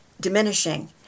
diminishing